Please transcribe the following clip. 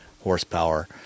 horsepower